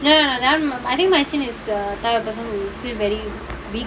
no no I think is the type of person will feel very weak